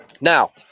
Now